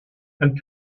and